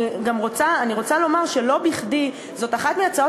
אני רוצה לומר שלא בכדי זאת אחת מהצעות